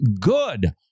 Good